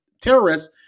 terrorists